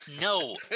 No